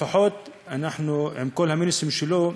לפחות אנחנו, עם כל המינוסים שלו,